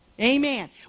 Amen